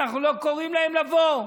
אנחנו לא קוראים להם לבוא.